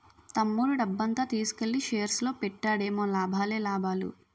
తమ్ముడు డబ్బంతా తీసుకెల్లి షేర్స్ లో పెట్టాడేమో లాభాలే లాభాలు